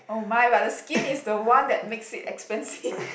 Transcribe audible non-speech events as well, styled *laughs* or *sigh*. oh-my but the skin is the one that makes it expensive *laughs*